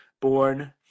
Born